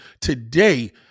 Today